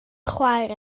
chwaer